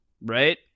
right